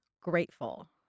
grateful